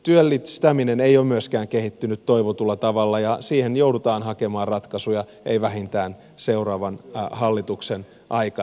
työllistäminen ei ole myöskään kehittynyt toivotulla tavalla ja siihen joudutaan hakemaan ratkaisuja ei vähintään seuraavan hallituksen aikana